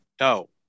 No